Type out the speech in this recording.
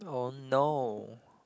oh no